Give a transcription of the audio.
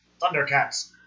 Thundercats